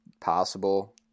possible